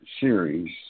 series